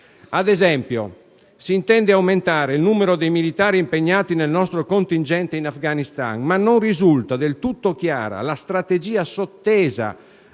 Ad esempio, si intende aumentare il numero dei militari impegnati nel nostro contingente in Afghanistan, ma non risulta del tutto chiara la strategia sottesa